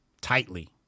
tightly